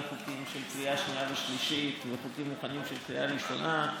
חוקים לקריאה שנייה ושלישית וחוקים מוכנים לקריאה ראשונה,